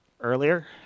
earlier